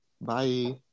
Bye